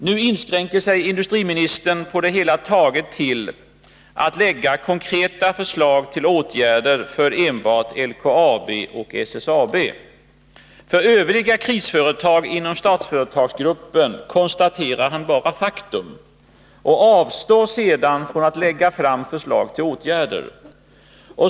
Nu inskränker sig industriministern på det hela taget till att lägga fram konkreta förslag till åtgärder för enbart LKAB och SSAB. För övriga krisföretag inom Statsföretagsgruppen konstaterar han bara faktum — och avstår sedan från att lägga fram förslag till åtgärder.